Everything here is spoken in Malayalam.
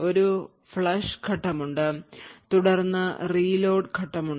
ഒരു ഫ്ലഷ് ഘട്ടമുണ്ട് തുടർന്ന് reload ഘട്ടമുണ്ട്